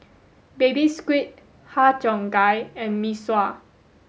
Baby Squid har Cheong Gai and Mee Sua